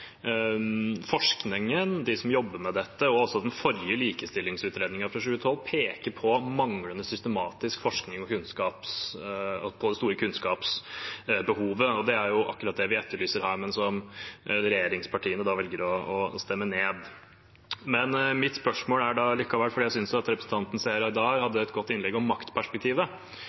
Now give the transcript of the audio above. forskningen, de som jobber med dette, og også den forrige likestillingsutredningen, fra 2012, peker på manglende systematisk forskning og på det store kunnskapsbehovet, og det er akkurat det vi etterlyser her, men som regjeringspartiene velger å stemme ned. Jeg synes representanten Seher Aydar hadde et godt innlegg om maktperspektivet, og det var jo ikke tilfeldig at vi nevnte akkurat det i vårt forslag om